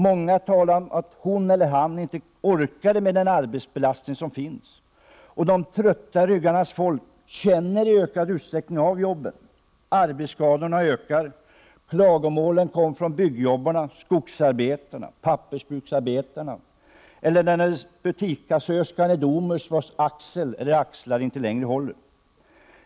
Många talade om att de inte orkar med den arbetsbelastning som finns. De trötta ryggarnas folk känner i ökad utsträckning av arbetet. Arbetsskadorna ökar. Klagomålen kom också från byggnadsarbetarna, skogsarbetarna, pappersbruksarbetarna och från butikskassörskorna på Domus, vilkas axlar inte längre håller. Herr talman!